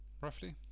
roughly